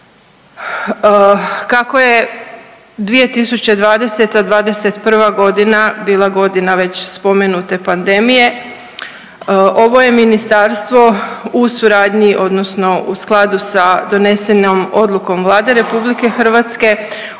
Kako je 2020., 2021. godina bila godina već spomenute pandemije. Ovo je ministarstvo u suradnji, odnosno u skladu sa donesenom odlukom Vlade Republike Hrvatske